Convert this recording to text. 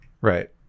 Right